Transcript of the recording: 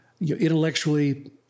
intellectually